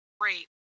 great